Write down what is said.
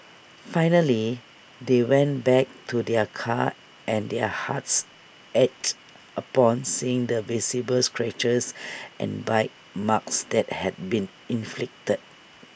finally they went back to their car and their hearts ached upon seeing the visible scratches and bite marks that had been inflicted